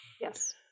Yes